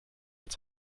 als